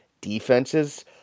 defenses